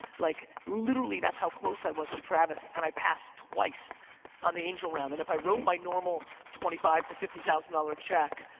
like literally that's how close i was with travis and i passed twice on the angel round. and if i wrote my normal twenty five to fifty thousand dollar check,